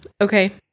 Okay